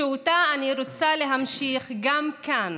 שאותה אני רוצה להמשיך גם כאן,